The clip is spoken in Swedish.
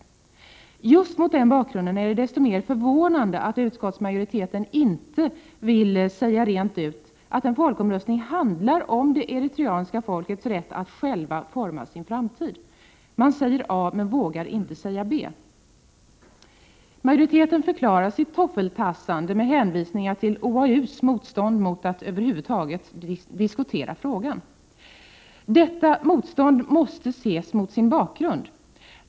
Det är just mot den bakgrunden som det är så mycket mer förvånande att utskottsmajoriteten inte vill säga rent ut att en folkomröstning handlar om det eritreanska folkets rätt att självt forma sin framtid. Man säger A men vågar inte säga B. Majoriteten förklarar sitt toffeltassande med hänvisningar till OAU:s motstånd mot att över huvud taget diskutera frågan. När det gäller detta motstånd måste man se till bakgrunden.